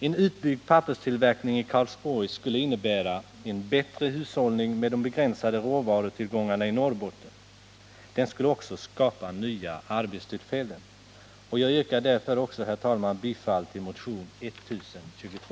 En utbyggd papperstillverkning i Karlsborg skulle innebära en bättre hushållning med de begränsade råvarutillgångarna i Norrbotten. Den skulle också skapa nya arbetstillfällen. Jag yrkar därför också, herr talman, bifall till motionen 1022.